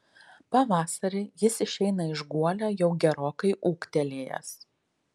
pavasarį jis išeina iš guolio jau gerokai ūgtelėjęs